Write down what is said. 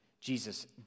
Jesus